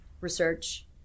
research